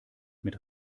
mit